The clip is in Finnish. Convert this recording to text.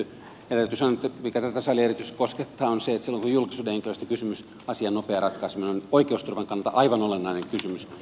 täytyy sanoa että se mikä tässä erityisesti koskettaa on se että silloin kun on julkisuuden henkilöstä kysymys asian nopea ratkaiseminen on oikeusturvan kannalta aivan olennainen kysymys